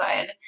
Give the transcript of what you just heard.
good